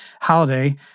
holiday